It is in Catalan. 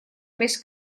més